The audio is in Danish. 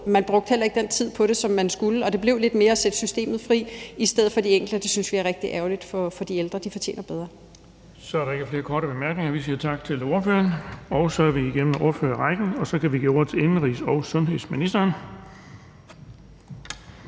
Man brugte heller ikke den tid på det, som man skulle, og det blev lidt mere at sætte systemet fri i stedet for de enkelte, og det synes vi er rigtig ærgerligt for de ældre. De fortjener bedre. Kl. 16:00 Den fg. formand (Erling Bonnesen): Så er der ikke flere korte bemærkninger. Vi siger tak til ordføreren. Så er vi igennem ordførerrækken, og så kan vi give ordet til indenrigs- og sundhedsministeren.